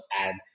add